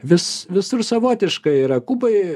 vis visur savotiškai yra kubai